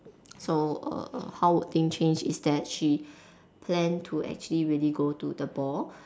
so err how would things change is that she plan to actually really go to the ball